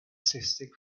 cystic